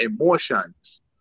emotions